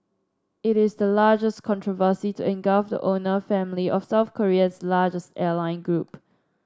it is the largest controversy to engulf the owner family of South Korea's largest airline group